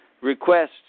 requests